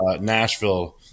Nashville